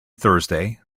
thursday